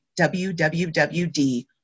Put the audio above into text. WWWD